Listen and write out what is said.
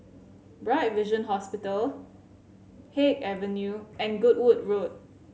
Bright Vision Hospital Haig Avenue and Goodwood Road